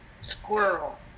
squirrel